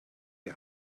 die